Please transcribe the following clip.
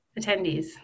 attendees